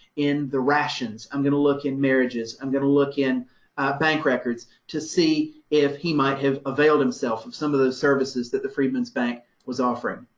in the rations, i'm going to look in marriages, i'm going to look in bank records, to see if he might have availed himself of some of those services that freedmen's bank was offering.